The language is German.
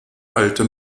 alte